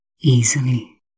easily